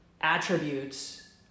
attributes